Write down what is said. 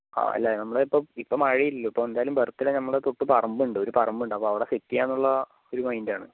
ആ അല്ല നമ്മള് ഇപ്പോൾ ഇപ്പോൾ മഴ ഇല്ലല്ലോ ഇപ്പോൾ എന്തായാലും ബർത്ത് ഡേ നമ്മുടെ തൊട്ട് ഇപ്പുറത്ത് പറമ്പ് ഉണ്ട് ഒരു പറമ്പ് ഉണ്ട് അപ്പോൾ അവിടെ സെറ്റ് ചെയ്യാമെന്ന് ഉള്ള ഒരു മൈൻഡ് ആണ്